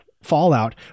Fallout